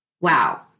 Wow